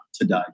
today